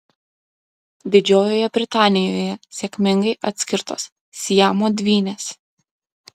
didžiojoje britanijoje sėkmingai atskirtos siamo dvynės